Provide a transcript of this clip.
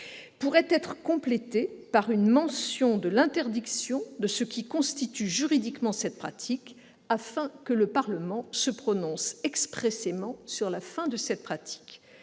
-pourrait être complétée par une mention de l'interdiction de ce qui constitue juridiquement cette pratique, afin que le Parlement se prononce expressément sur la fin de cette pratique.